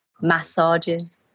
Massages